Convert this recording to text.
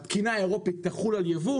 התקינה האירופית תחול על יבוא,